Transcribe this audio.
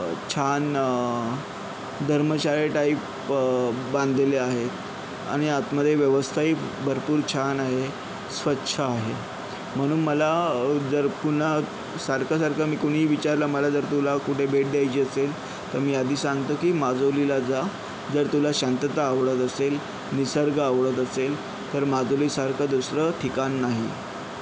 छान धर्मशाळे टाईप बांधलेले आहे आणि आतमध्ये व्यवस्थाही भरपूर छान आहे स्वच्छ आहे म्हणून मला जर पुन्हा सारखं सारखं मी कुणीही विचारलं मला जर तुला कुठे भेट द्यायची असेल तर मी आधी सांगतो की माजुलीला जा जर तुला शांतता आवडत असेल निसर्ग आवडत असेल तर माजुलीसारखं दुसरं ठिकाण नाही